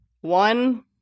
One